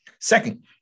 Second